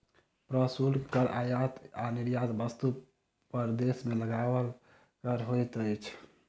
प्रशुल्क कर आयात आ निर्यात वस्तु पर देश के लगायल कर होइत अछि